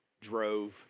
drove